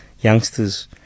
youngsters